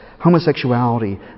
homosexuality